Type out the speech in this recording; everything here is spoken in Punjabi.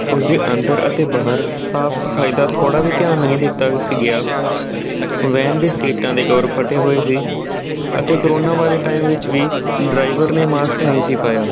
ਉਸਦੇ ਅੰਦਰ ਅਤੇ ਬਾਹਰ ਸਾਫ਼ ਸਫ਼ਾਈ ਦਾ ਥੋੜ੍ਹਾ ਵੀ ਧਿਆਨ ਨਹੀਂ ਦਿੱਤਾ ਸੀ ਗਿਆ ਵੈਨ ਦੇ ਸੀਟਾਂ ਦੇ ਕਵਰ ਫਟੇ ਹੋਏ ਸੀ ਅਤੇ ਕਰੋਨਾ ਵਾਲੇ ਟਾਈਮ ਵਿੱਚ ਵੀ ਡਰਾਈਵਰ ਨੇ ਮਾਸਕ ਨਹੀਂ ਸੀ ਪਾਇਆ